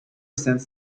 sends